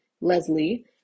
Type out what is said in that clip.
Leslie